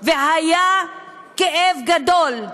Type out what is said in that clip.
והיה כאב גדול,